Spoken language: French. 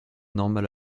normal